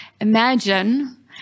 Imagine